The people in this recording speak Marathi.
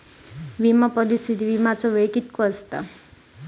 विमा पॉलिसीत विमाचो वेळ कीतको आसता?